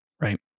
Right